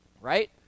right